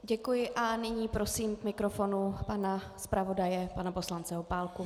Děkuji a nyní prosím k mikrofonu pana zpravodaje, pana poslance Opálku.